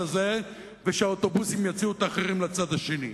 הזה ושהאוטובוסים יוציאו את האחרים לצד השני.